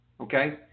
Okay